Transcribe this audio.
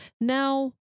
Now